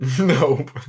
Nope